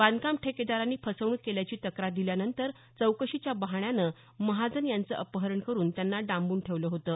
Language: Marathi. बांधकाम ठेकेदारांनी फसवणूक केल्याची तक्रार दिल्यानंतर चौकशीच्या बहाण्यानं महाजन यांचं अपहरण करून त्यांना डांबून ठेवलं होतं